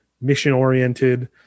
mission-oriented